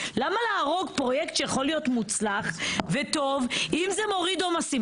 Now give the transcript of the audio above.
למה להרוג פרויקט שיכול להיות מוצלח וטוב אם זה מוריד עומסים?